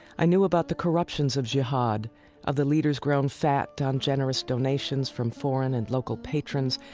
i knew about the corruptions of jihad of the leaders grown fat on generous donations from foreign and local patrons,